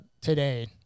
today